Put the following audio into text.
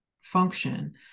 function